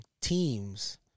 teams